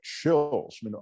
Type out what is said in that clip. chills